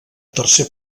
tercer